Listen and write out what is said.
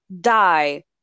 die